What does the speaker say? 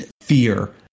fear